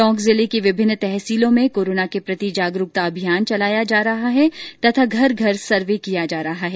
टोंक जिले की विभिन्न तहसीलों में कोरोना के प्रति जागरुकता अभियान चलाया जा रहा है तथा घर घर सर्वे किया जा रहा है